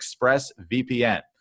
ExpressVPN